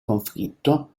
conflitto